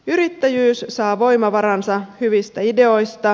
yrittäjyys saa voimavaransa hyvistä ideoista